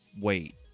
wait